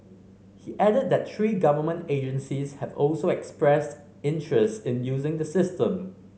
he added that three government agencies have also expressed interest in using the system